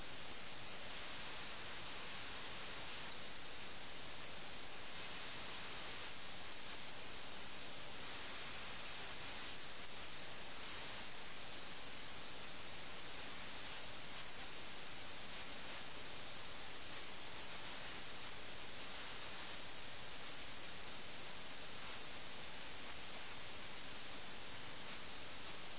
നവാബ് സ്ത്രീകളുമായുള്ള കൂട്ടുകെട്ടിന്റെയും സംഗീതത്തിന്റെയും അതുപോലുള്ള മറ്റ് കാര്യങ്ങളുടെയും സുഖം ആസ്വദിക്കുന്നുണ്ടെന്ന് അത് വായനക്കാരോട് പറയുന്നു അതിനെക്കുറിച്ച് ഇവിടെ പരാമർശങ്ങളുണ്ട് എന്നാൽ സമൂഹത്തിലെ ഏറ്റവും ഉയർന്ന വ്യക്തി മുതൽ ഏറ്റവും താഴെത്തട്ടിലുള്ളവർ വരെ എല്ലാവരും ആസക്തിയുള്ളവരാണെന്നും എല്ലാവരും സുഖത്തിന്റെയും ഇന്ദ്രിയതയുടെയും ഈ വലയിൽ മുഴുകിയിരിക്കുകയാണെന്നും അകപ്പെട്ടിരിക്കുകയാണെന്നുമുള്ള ശരിക്കും രസകരമായ ഒരു പരാമർശമുണ്ട് ഇവിടെ